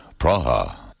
Praha